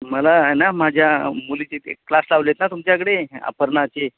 मला आहे ना माझ्या मुलीचे ते क्लास लावले आहेत ना तुमच्याकडे अपर्नाचे